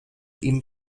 ihm